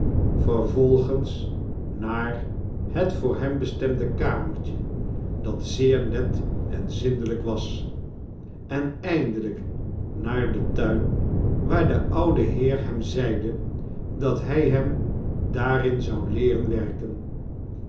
vervolgens naar het voor hem bestemde kamertje dat zeer net en zindelijk was en eindelijk naar den tuin waar de oude heer hem zeide dat hij hem daarin zou leeren werken